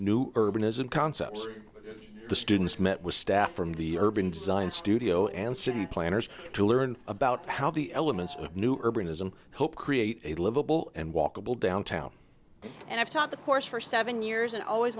new urbanism concepts the students met with staff from the urban design studio and city planners to learn about how the elements of new urbanism hope create a livable and walkable downtown and i've taught the course for seven years and i always